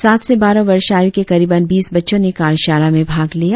सात से बारह वर्ष आयु के करीबन बीस बच्चों ने कार्यशाला में भाग लिया